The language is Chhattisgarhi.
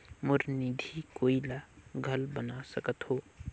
मोर निधि कोई ला घल बना सकत हो?